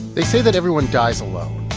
they say that everyone dies alone.